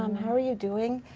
um how are you doing?